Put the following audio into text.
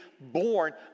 born